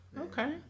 okay